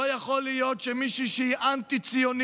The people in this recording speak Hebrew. לא יכול להיות, מישהי שהיא אנטי-ציונית,